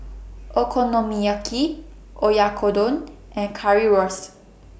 Okonomiyaki Oyakodon and Currywurst